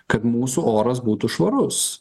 kad mūsų oras būtų švarus